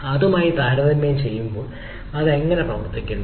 അതുമായി താരതമ്യപ്പെടുത്തുമ്പോൾ അത് എങ്ങനെ പ്രവർത്തിക്കുന്നു